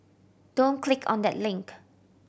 don't click on that link